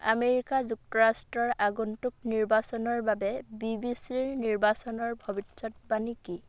America যুক্তৰাষ্ট্ৰৰ আগন্তুক নিৰ্বাচনৰ বাবে বিবিচিৰ নিৰ্বাচনৰ ভৱিষ্যতবাণী কি